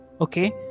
okay